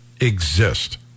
exist